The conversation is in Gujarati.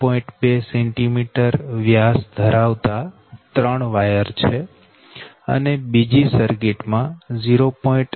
2 cm વ્યાસ ધરાવતા ત્રણ વાયર છે અને બીજી સર્કીટ માં 0